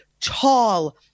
tall